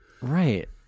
Right